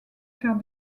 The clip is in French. faire